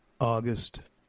August